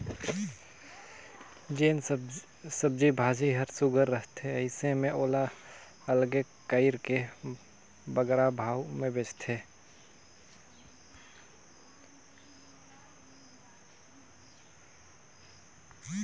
जेन सब्जी भाजी हर सुग्घर रहथे अइसे में ओला अलगे कइर के बगरा भाव में बेंचथें